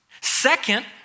Second